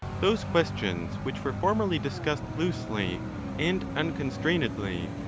those questions which were formerly discussed loosely and unconstrainedly,